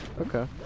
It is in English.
Okay